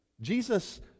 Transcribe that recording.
Jesus